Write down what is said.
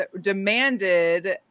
demanded